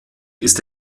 ist